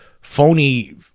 phony